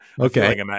Okay